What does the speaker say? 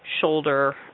shoulder